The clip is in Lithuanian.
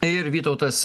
ir vytautas